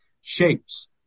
shapes